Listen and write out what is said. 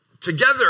Together